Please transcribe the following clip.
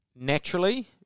naturally